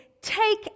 Take